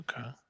Okay